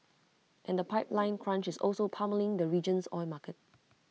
and the pipeline crunch is also pummelling the region's oil market